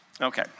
Okay